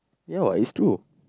ya what is true